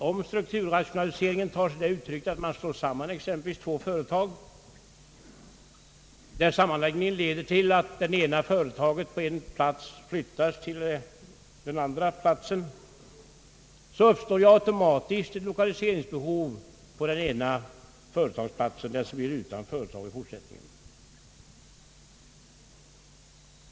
Om strukturrationaliseringen kan ta sig sådana uttryck att en sammanslagning av två företag leder till att det ena företaget flyttas till det andras plats, uppstår ju automatiskt ett lokaliseringsbehov på den plats som blir utan företag i fortsättningen.